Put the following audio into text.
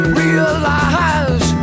realize